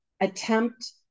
attempt